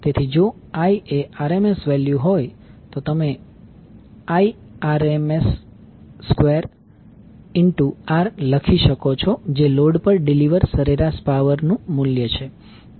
તેથી જો I એ RMS વેલ્યુ હોય તો તમે I RMS2 R લખી શકો છો જે લોડ પર ડીલિવર સરેરાશ પાવર નું મૂલ્ય છે